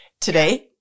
today